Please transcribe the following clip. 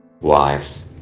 wives